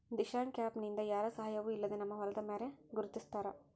Dishank app ನಿಂದ ಯಾರ ಸಹಾಯವೂ ಇಲ್ಲದೆ ನಮ್ಮ ಹೊಲದ ಮ್ಯಾರೆ ಗುರುತಿಸ್ತಾರ